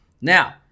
Now